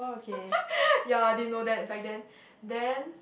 ya I didn't know that back then then